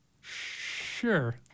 sure